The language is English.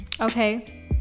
okay